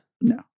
No